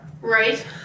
Right